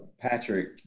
Patrick